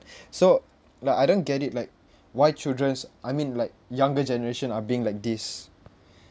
so like I don't get it like why childrens I mean like younger generation are being like this